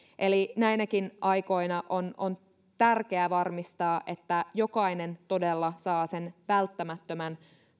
eli näinäkin aikoina on on tärkeää varmistaa että jokainen todella saa sen välttämättömän